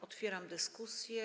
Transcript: Otwieram dyskusję.